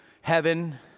Heaven